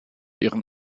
ihren